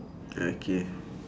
okay